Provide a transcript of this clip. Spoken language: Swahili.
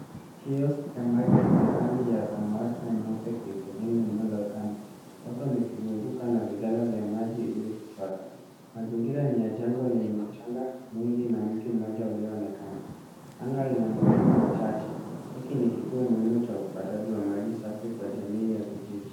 Kiosk chaa maji chenye rangi ya samawati na nyeupe kilichojengwa eneo la ukame. Watu wamekizunguka na vigala vya maji ili kuchota. Mazingira ni ya jangwa lenye mchanga mwingi na mti mmoja ulioonekana. Anga lina mawingu machache, hiki ni kituo muhimu cha upataji wa maji safi kwa jamii ya vijiji.